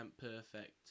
perfect